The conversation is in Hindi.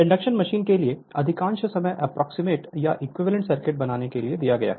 इंडक्शन मशीन के लिए अधिकांश समय एप्रोक्सीमेट या इक्विवेलेंट सर्किट बनाने के लिए दीया किया गया है